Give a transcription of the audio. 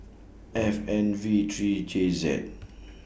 F N V three J Z